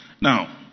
Now